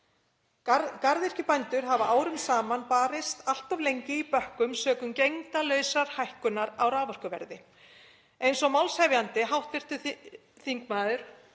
Garðyrkjubændur hafa árum saman barist allt of lengi í bökkum sökum gegndarlausrar hækkunar á raforkuverði. Eins og málshefjandi, hv. þm.